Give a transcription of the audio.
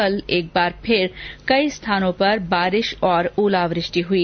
कल एक बार फिर कई स्थानों पर बारिश और ओलावृष्टि हुई